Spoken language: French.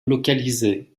localisé